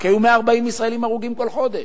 כי היו 140 ישראלים הרוגים כל חודש.